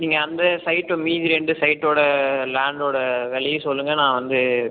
நீங்கள் அந்த சைட்டு மீதி ரெண்டு சைட்டோடய லேண்டோடய விலையும் சொல்லுங்கள் நான் வந்து